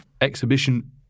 exhibition